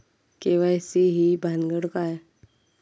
KYC ही भानगड काय?